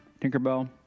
Tinkerbell